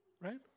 Right